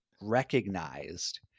recognized